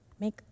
Make